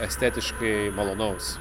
estetiškai malonaus